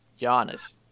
Giannis